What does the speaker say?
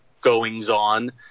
goings-on